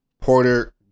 Porter